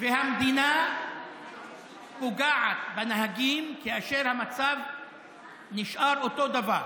והמדינה פוגעת בנהגים כאשר המצב נשאר אותו דבר.